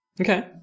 Okay